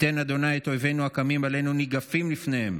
ייתן ה' את אויבינו הקמים עלינו ניגפים לפניהם.